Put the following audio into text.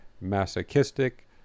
masochistic